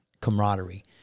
camaraderie